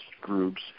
groups